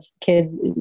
kids